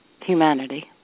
humanity